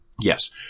Yes